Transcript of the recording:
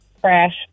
Crash